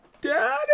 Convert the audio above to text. Daddy